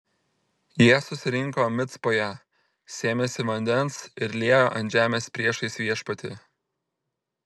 jie susirinko micpoje sėmėsi vandens ir liejo ant žemės priešais viešpatį